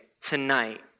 tonight